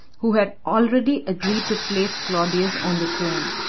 who had already agreed to place claudius on the throne.